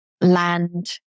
land